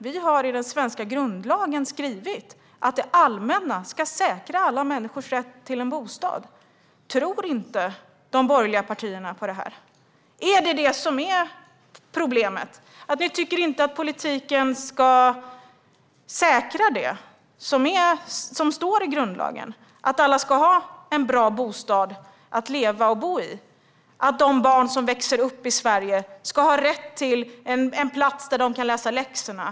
Vi har i den svenska grundlagen skrivit att det allmänna ska säkra alla människors rätt till en bostad. Tror inte de borgerliga partierna på detta? Är det detta som är problemet: att ni inte tycker att politiken ska säkra det som står i grundlagen, nämligen att alla ska ha en bra bostad att leva och bo i och att de barn som växer upp i Sverige ska ha rätt till en plats där de kan läsa läxorna?